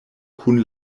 kun